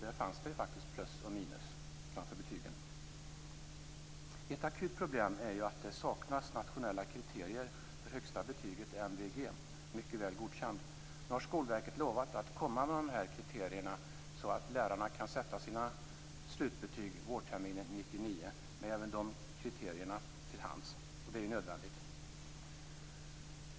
Där fanns det faktiskt plus och minus framför betygen. Ett akut problem är att det saknas nationella kriterier för högsta betyget MVG, Mycket väl godkänd. Nu har Skolverket lovat att komma med kriterierna så att lärarna kan sätta sina slutbetyg vårterminen 1999. Det är nödvändigt.